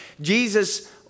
Jesus